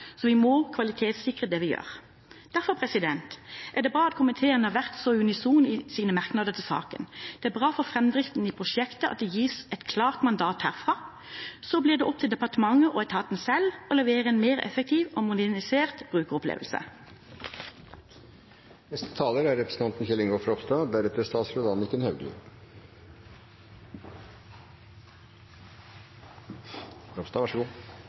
så vi må kvalitetssikre det vi gjør. Derfor er det bra at komiteen har vært så unison i sine merknader til saken. Det er bra for framdriften i prosjektet at det gis et klart mandat herfra. Så blir det opp til departementet og etaten selv å levere en mer effektiv og modernisert brukeropplevelse. Nav har vært gjenstand for mye kritikk og debatt. Saken vi behandler i dag, er